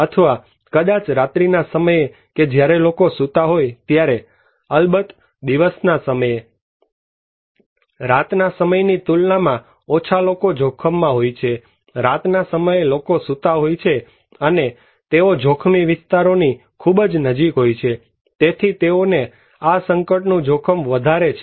અથવા કદાચ રાત્રિનાં સમયે કે જ્યારે લોકો સુતા હોય ત્યારે અલબત્ત દિવસના સમયે રાતના સમયની તુલનામાં ઓછા લોકો જોખમમાં હોય છે રાતના સમયે લોકો સુતા હોય છે અને તેઓ જોખમી વિસ્તારોની ખૂબ નજીક હોય છે તેથી તેઓને આ સંકટનું જોખમ વધારે છે